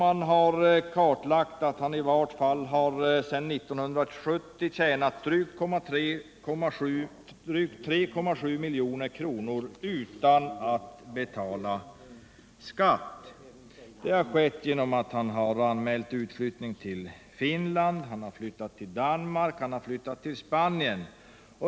Det har kartlagts att han sedan 1970 tjänat i varje fall drygt 3,7 milj.kr. utan att betala skatt. Det har skett genom att han anmält utflyttning till Finland, till Danmark och till Spanien.